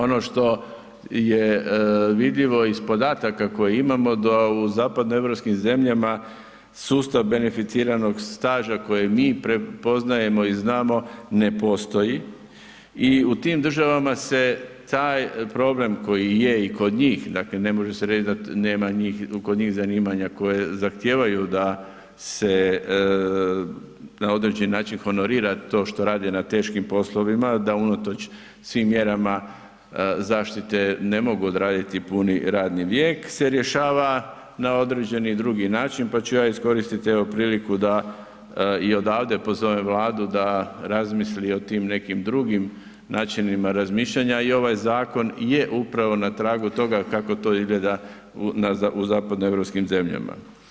Ono što je vidljivo iz podataka koje imamo da u zapadnoeuropski zemljama sustav beneficiranog staža koji mi prepoznajemo i znamo ne postoji, i u tim državama se taj problem koji je i kod njih, dakle ne može se reći da nema kod njih zanimanja koje zahtijevaju da se na određeni način honorira to što radi na teškim poslovima, da unatoč svim mjerama zaštite ne mogu odraditi puni radni vijek se rješava na određeni drugi način pa ću ja iskoristiti evo, priliku da i odavde pozovem Vladu da razmisli o tim nekim drugim načinima razmišljanjima i ovaj zakon je upravo na tragu toga kako to izgleda u zapadnoeuropskim zemljama.